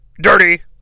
dirty